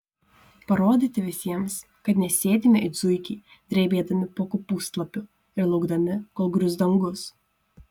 parodyti visiems kad nesėdime it zuikiai drebėdami po kopūstlapiu ir laukdami kol grius dangus